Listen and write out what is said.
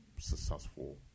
successful